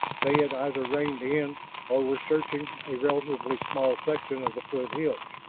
they had either reined in or were searching a relatively small section of foothills.